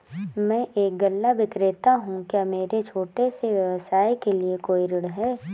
मैं एक गल्ला विक्रेता हूँ क्या मेरे छोटे से व्यवसाय के लिए कोई ऋण है?